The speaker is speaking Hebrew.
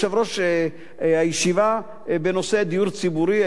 ליושב-ראש הישיבה בנושא דיור ציבורי היום,